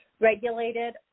regulated